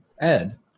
Ed